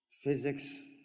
Physics